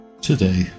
Today